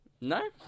No